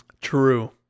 True